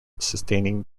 sustaining